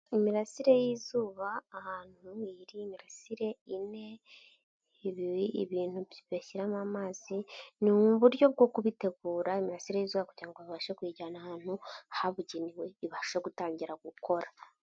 Imirasire y'Izuba ahantu ni imirasire ine ibintu bashyiramo amazi ni uburyo bwo kubitegura, imirasire y'Izuba kugira ngo babashe kuyijyana ahantu habugenewe ibasha gutangira gukora.